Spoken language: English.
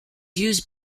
used